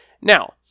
Now